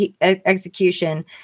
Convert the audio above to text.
execution